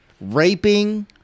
raping